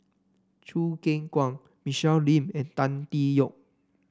Choo Keng Kwang Michelle Lim and Tan Tee Yoke